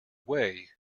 way